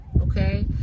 Okay